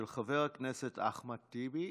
של חבר הכנסת אחמד טיבי.